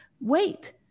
Wait